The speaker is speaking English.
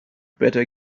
better